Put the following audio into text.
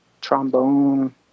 trombone